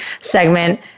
segment